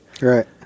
Right